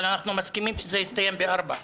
אבל אנחנו מסכימים שזה יסתיים ב-16:00,